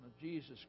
Jesus